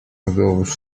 those